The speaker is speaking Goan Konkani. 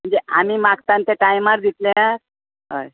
म्हणजे आमी मांगता ते टायमार दितले हय